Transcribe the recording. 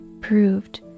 proved